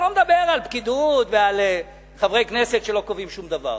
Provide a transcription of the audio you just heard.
אני לא מדבר על פקידות ועל חברי כנסת שלא קובעים שום דבר,